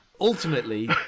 Ultimately